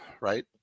right